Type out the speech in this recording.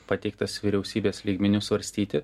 pateiktas vyriausybės lygmeniu svarstyti